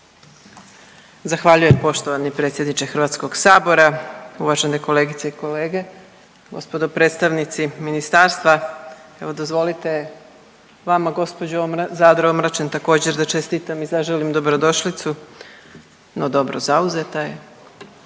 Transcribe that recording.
Zahvaljujem. Poštovani predsjedniče HS-a, uvažene kolegice i kolege, gospodo predstavnici ministarstva. Evo dozvolite vama gospođo Zadro Omračen također da čestitam i zaželim dobrodošlicu. No dobro zauzeta je,